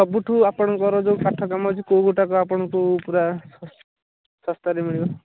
ସବୁଠୁ ଆପଣଙ୍କର ଯେଉଁ କାଠ କାମ ଅଛି କେଉଁ ଗୋଟାକ ଆପଣଙ୍କୁ ପୂରା ଶସ୍ତାରେ ମିଳିବ